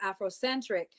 Afrocentric